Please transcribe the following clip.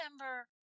remember